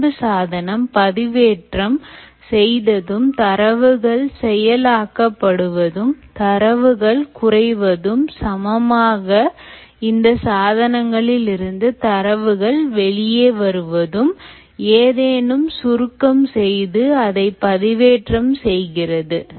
விளிம்பு சாதனம் பதிவேற்றம் செய்ததும் தரவுகள் செயல் ஆக்கப்படுவதும் தரவுகள் குறைவதும் சமமாக இந்த சாதனங்களில் இருந்து தரவுகள் வெளியே வருவதும் ஏதேனும் சுருக்கம் செய்து அதை பதிவேற்றம் செய்கிறது